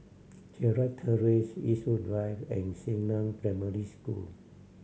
Gerald Terrace Eastwood Drive and Xingnan Primary School